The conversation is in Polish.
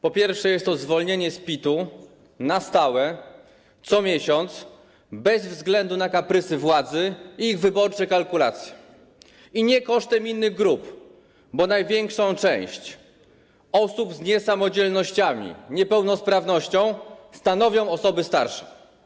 Po pierwsze, jest to zwolnienie z PIT-u na stałe, co miesiąc, bez względu na kaprysy władzy i ich wyborcze kalkulacje, i nie kosztem innych grup, bo największą część osób z niesamodzielnościami, niepełnosprawnością stanowią osoby starsze.